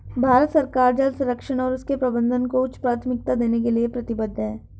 भारत सरकार जल संरक्षण और उसके प्रबंधन को उच्च प्राथमिकता देने के लिए प्रतिबद्ध है